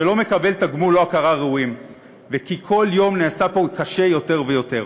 שלא מקבל תגמול או הכרה ראויים ושכל יום נעשה פה קשה יותר ויותר.